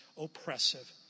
oppressive